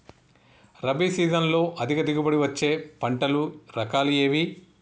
రబీ సీజన్లో అధిక దిగుబడి వచ్చే పంటల రకాలు ఏవి?